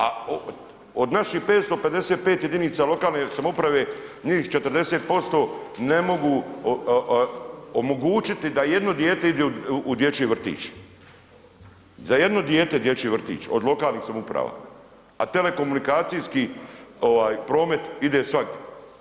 A od naših 555 jedinica lokalne samouprave, njih 40% ne mogu omogućiti da jedno dijete ide u dječji vrtić, za jedno dijete u dječji vrtić od lokalnih samouprava, a telekomunikacijski ovaj promet ide svagdi.